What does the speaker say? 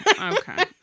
Okay